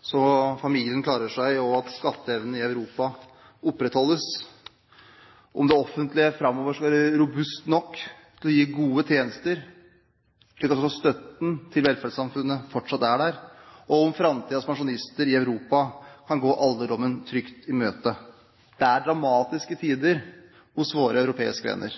så familien klarer seg og skatteevnen i Europa opprettholdes, om det offentlige framover skal være robust nok til å gi gode tjenester, slik at støtten til velferdssamfunnet fortsatt er der, og om framtidens pensjonister i Europa kan gå alderdommen trygt i møte. Det er dramatiske tider hos våre europeiske venner.